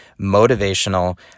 motivational